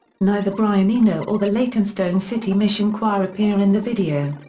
neither brian eno or the leytonstone city mission choir appear in the video.